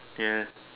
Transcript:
ya